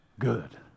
good